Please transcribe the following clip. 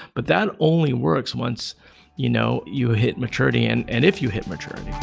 but that only works once you know you hit maturity and and if you hit maturity.